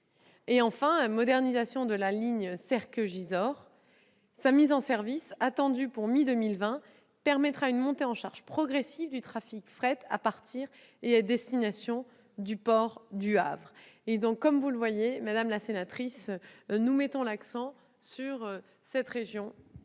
Enfin, la modernisation de la ligne Serqueux-Gisors, dont la mise en service est attendue mi-2020, permettra une montée en charge progressive du trafic fret à partir et à destination du port du Havre. Comme vous le voyez, madame la sénatrice, nous mettons bien l'accent sur cette région